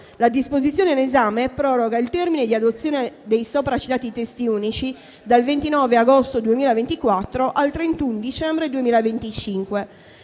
La disposizione in esame proroga il termine di adozione dei sopracitati testi unici dal 29 agosto 2024 al 31 dicembre 2025.